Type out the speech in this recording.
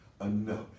enough